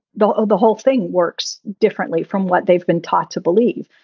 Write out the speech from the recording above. though the whole thing works differently from what they've been taught to believe.